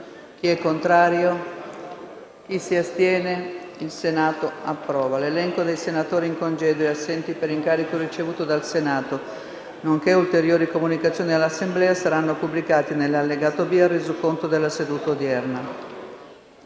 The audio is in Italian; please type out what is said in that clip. "Il link apre una nuova finestra"). L'elenco dei senatori in congedo e assenti per incarico ricevuto dal Senato, nonché ulteriori comunicazioni all'Assemblea saranno pubblicati nell'allegato B al Resoconto della seduta odierna.